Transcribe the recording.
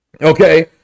Okay